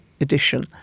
edition